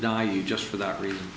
die you just for that reason